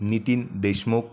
Nitin Deshmukh